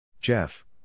Jeff